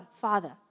Father